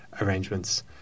arrangements